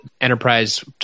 enterprise